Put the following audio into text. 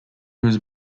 was